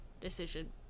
decision